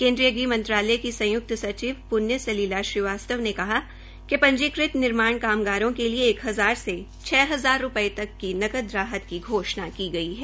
केन्द्रीय ग़ह मंत्रालय की संयुक्त सचिव पृण्य सलिला श्रीवास्व ने कहा कि पंजीकृत निर्माण कामगारों के लिए एक हजार से छ हजार तक की नकद राहत की घोषणा की गई है